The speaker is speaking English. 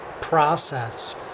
process